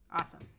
Awesome